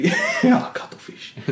cuttlefish